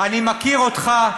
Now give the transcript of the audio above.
אני מכיר אותך",